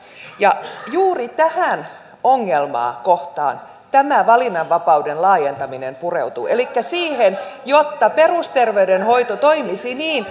ja juuri tähän ongelmakohtaan tämä valinnanvapauden laajentaminen pureutuu elikkä siihen että perusterveydenhoito toimisi niin